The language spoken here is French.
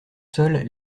seuls